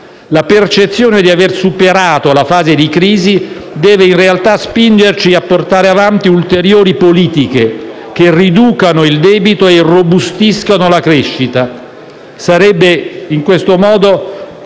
La percezione di aver superato la fase di crisi deve in realtà spingerci a portare avanti ulteriori politiche che riducano il debito e irrobustiscano la crescita.